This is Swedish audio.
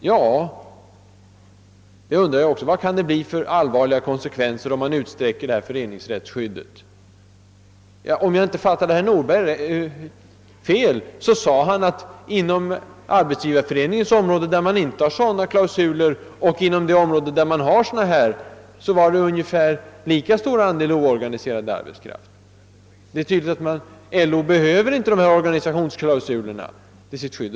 Ja, vad kan det bli för allvarliga konsekvenser om föreningsrättsskyddet utsträckes? Om jag inte fattade herr Nordberg fel sade han, att inom Arbetsgivareföreningens område, där man inte har sådana klausuler, och inom det område där de förekommer var andelen oorganiserad arbetskraft ungefär lika stor. LO behöver alltså inte dessa organisationsklausuler till sitt skydd.